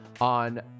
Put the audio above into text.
on